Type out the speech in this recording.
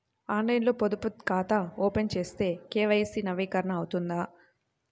ఆన్లైన్లో పొదుపు ఖాతా ఓపెన్ చేస్తే కే.వై.సి నవీకరణ అవుతుందా?